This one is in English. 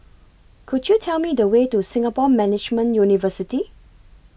Could YOU Tell Me The Way to Singapore Management University